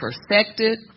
perfected